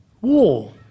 war